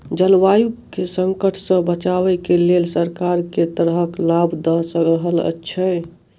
जलवायु केँ संकट सऽ बचाबै केँ लेल सरकार केँ तरहक लाभ दऽ रहल छै?